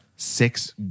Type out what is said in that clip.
six